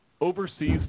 overseas